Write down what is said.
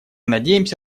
надеемся